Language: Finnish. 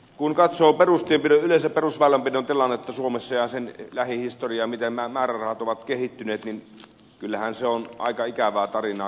kun katsoo yleensä perusväylänpidon tilannetta suomessa ja sen lähihistoriaa miten nämä määrärahat ovat kehittyneet niin kyllähän se on aika ikävää tarinaa katsoa